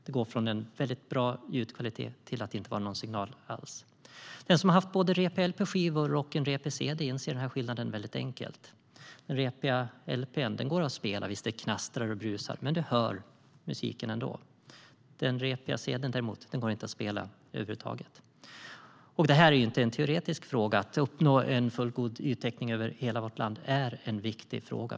Det går från en väldigt bra ljudkvalitet till att inte vara någon signal alls. Den som haft en repig LP-skiva och en repig cd inser den skillnaden väldigt enkelt. Den repiga LP:n går att spela. Visst, det knastrar och brusar, men du hör musiken ändå. Den repiga cd:n går däremot inte att spela över huvud taget. Det här är inte en teoretisk fråga. Att uppnå en fullgod yttäckning över hela vårt land är en viktig fråga.